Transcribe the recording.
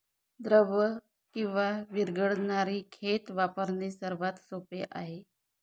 द्रव किंवा विरघळणारी खते वापरणे सर्वात सोपे आहे